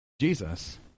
Jesus